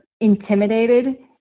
intimidated